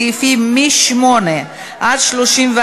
הסעיפים מ-8 עד 34,